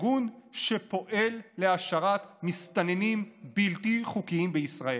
ארגון שפועל להשארת מסתננים בלתי חוקיים בישראל.